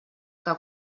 que